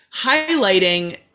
highlighting